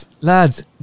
Lads